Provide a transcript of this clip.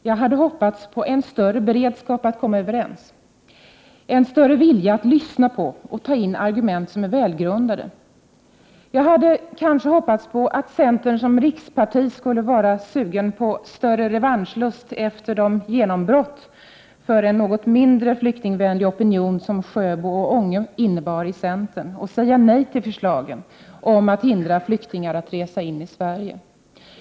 Jag hade hoppats på en större beredskap att komma överens, en större vilja att lyssna på och ta in argument som är välgrundade. Jag hade kanske hoppats att centern som riksparti skulle känna större revanschlust efter de genombrott för en något mindre flyktingvänlig opinion inom partiet som Sjöbo och Ånge innebar och säga nej till förslagen om att hindra flyktingar att resa in i Sverige.